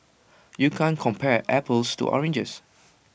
you can't compare apples to oranges